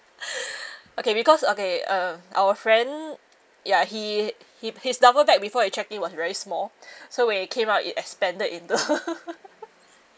okay because okay uh our friend ya he he his duffel bag before I check in was very small so when it came out it expanded into